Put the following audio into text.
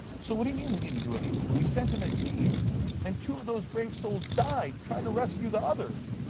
so what do you mean we didn't do anything? we sent in a team in and two of those brave souls died trying to rescue the others.